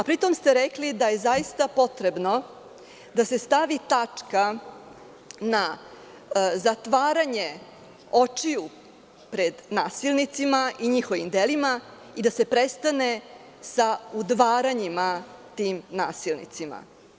Pritom ste rekli da je zaista potrebno da se stavi tačka na zatvaranje očiju pred nasilnicima i njihovim delima i da se prestane sa udvaranjima tim nasilnicima.